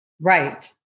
Right